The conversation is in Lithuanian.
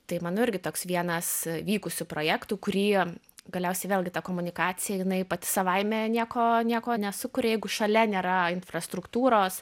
tai manau irgi toks vienas vykusių projektų kurį galiausiai vėlgi ta komunikacija jinai pati savaime nieko nieko nesukuria jeigu šalia nėra infrastruktūros